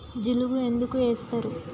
జిలుగు ఎందుకు ఏస్తరు?